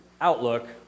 outlook